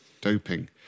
doping